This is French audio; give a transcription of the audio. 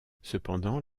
cependant